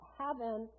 heaven